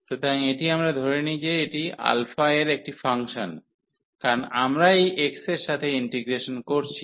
সুতরাং এটি আমরা ধরে নিই যে এটি α এর একটি ফাংশন কারণ আমরা এই x এর সাথে ইন্টিগ্রেশন করছি